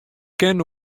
kin